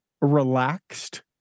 relaxed